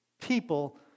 people